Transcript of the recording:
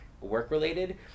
work-related